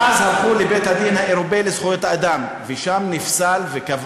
עוד מעט הם יעברו שם את מה